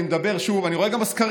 אני מדבר שוב, אני רואה גם בסקרים: